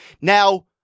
Now